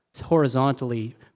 horizontally